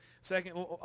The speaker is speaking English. second